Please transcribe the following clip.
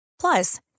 Plus